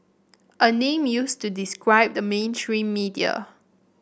a name used to describe the mainstream media